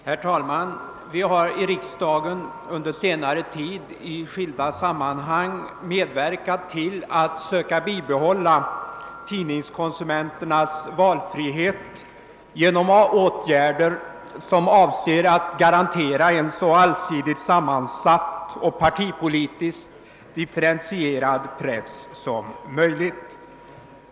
Herr talman! Vi har i riksdagen under senare tid i skilda sammanhang sökt medverka till att bibehålla tidningskonsumenternas valfrihet genom åtgärder som avser att garantera en så allsidigt sammansatt och partipolitiskt differentierad press som möjligt.